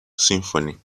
symphony